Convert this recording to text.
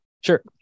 Sure